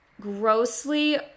grossly